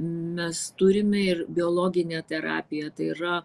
mes turime ir biologinę terapiją tai yra